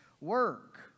work